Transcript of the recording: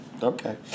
Okay